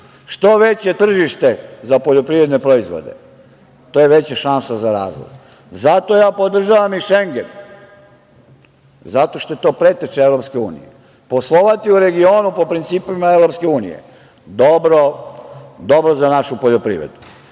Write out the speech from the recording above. veće tržište za poljoprivredne proizvode to je veća šansa za razvoj. Zato podržavam i Šengen, zato što je to preteča EU. Poslovati u regionu po principima EU - dobro za našu poljoprivredu.